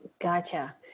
Gotcha